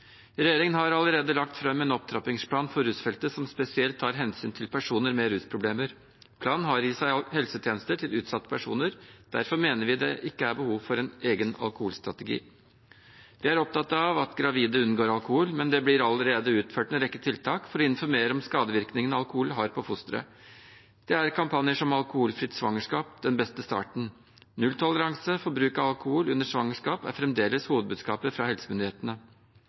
Regjeringen har allerede lagt fram en opptrappingsplan for rusfeltet som spesielt tar hensyn til personer med rusproblemer. Planen har i seg helsetjenester til utsatte personer. Derfor mener vi det ikke er behov for en egen alkoholstrategi. Vi er opptatt av at gravide unngår alkohol, men det finnes allerede en rekke tiltak for å informere om skadevirkningene alkohol har på fosteret. Det er kampanjer som Alkoholfritt svangerskap – Den beste starten. Nulltoleranse for bruk av alkohol under svangerskapet er fremdeles hovedbudskapet fra helsemyndighetene.